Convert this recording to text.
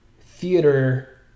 theater